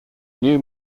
new